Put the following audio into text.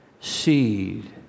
seed